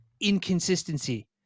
inconsistency